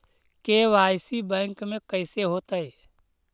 KYC bank में कैसे होतै?